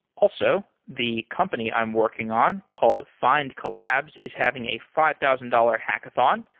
also, the company i'm working on called findcollabs, is having a five thousand dollars hackathon.